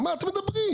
על מה אתם מדברים?